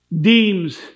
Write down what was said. deems